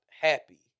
happy